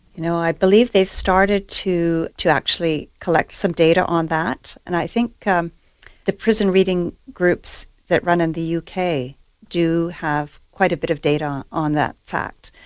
you know i believe they've started to to actually collect some data on that, and i think um the prison reading groups that run in the yeah uk do have quite a bit of data on that fact.